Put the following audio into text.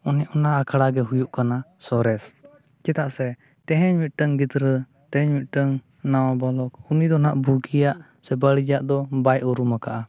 ᱚᱱᱮ ᱚᱱᱟ ᱟᱠᱷᱲᱟᱜᱮ ᱦᱩᱭᱩᱜ ᱠᱟᱱᱟ ᱥᱚᱨᱮᱥ ᱪᱮᱫᱟᱜ ᱥᱮ ᱛᱮᱦᱮᱧ ᱢᱤᱫᱴᱟᱝ ᱜᱤᱫᱽᱨᱟᱹ ᱛᱮᱦᱮᱧ ᱢᱤᱫᱴᱟᱝ ᱱᱟᱣᱟ ᱵᱟᱞᱚᱠ ᱩᱱᱤ ᱫᱚ ᱱᱟᱦᱟᱜ ᱵᱩᱜᱤᱭᱟᱜ ᱥᱮ ᱵᱟᱲᱤᱡᱟᱜ ᱫᱚ ᱵᱟᱭ ᱩᱨᱩᱢᱟᱠᱟᱫᱼᱟ